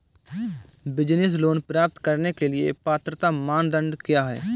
Business loan प्राप्त करने के लिए पात्रता मानदंड क्या हैं?